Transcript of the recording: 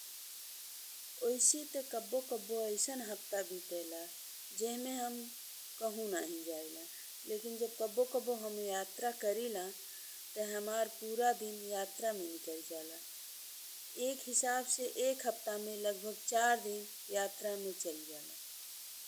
ओइसे ते कब्बो कब्बो अइसन हफ्ता बितेला जेमे हम, कहु नाही जाइला लेकिन जब कब्बो कब्बो हम यात्रा करिला ते हमार पूरा दिन यात्रा में निकल जाला। एक हिसाब से एक हफ्ता में लगभग चार दिन यात्रा में चल जाला।